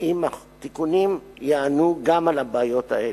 אם התיקונים יענו גם על הבעיות האלה.